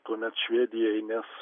tuomet švedijai nes